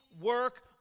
work